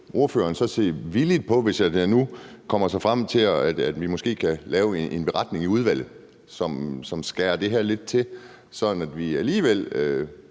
ordføreren så se velvilligt på det, hvis vi nu kommer frem til, at vi måske kan lave en beretning i udvalget, som skærer det her lidt til, så vi alligevel